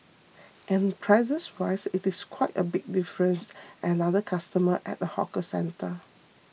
and prices wise it's quite a big difference another customer at a hawker centre